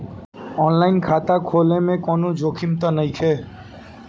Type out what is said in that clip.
आन line खाता खोले में कौनो जोखिम त नइखे?